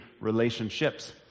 relationships